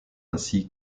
ainsi